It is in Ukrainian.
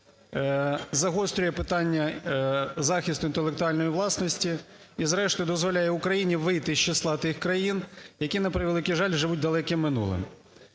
загострює питання захисту інтелектуальної власності і зрештою дозволяє Україні вийти з числа тих країн, які, на превеликий жаль, живуть далеким минулим.